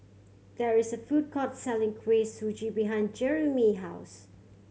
there is a food court selling Kuih Suji behind Jerimy house